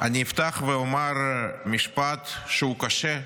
אני אפתח ואומר משפט שהוא קשה,